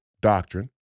doctrine